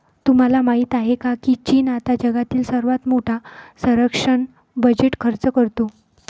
तुम्हाला माहिती आहे का की चीन आता जगातील सर्वात मोठा संरक्षण बजेट खर्च करतो?